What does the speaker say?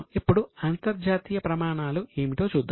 ఇప్పుడు అంతర్జాతీయ ప్రమాణాలు ఏమిటో చూద్దాం